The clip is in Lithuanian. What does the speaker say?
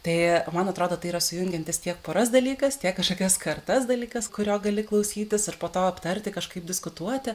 tai man atrodo tai yra sujungiantis tiek poras dalykas tiek kažkokias kartas dalykas kurio gali klausytis ir po to aptarti kažkaip diskutuoti